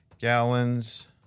gallons